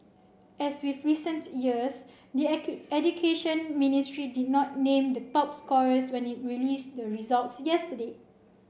as with recent years the Education Ministry did not name the top scorers when it released the results yesterday